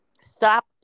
Stop